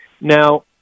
Now